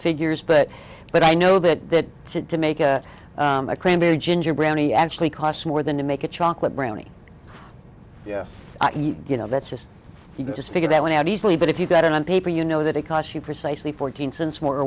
figures but but i know that to to make that claim a ginger brownie actually costs more than to make a chocolate brownie yes you know that's just you just figure that one out easily but if you got it on paper you know that it costs you precisely fourteen cents more or